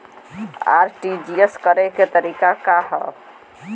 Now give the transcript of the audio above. RTGS करे के तरीका का हैं?